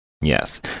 Yes